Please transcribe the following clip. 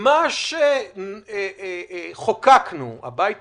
מה שחוקק הבית הזה,